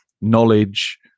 knowledge